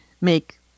make